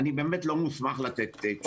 אני לא מוסמך לתת תשובה.